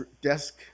desk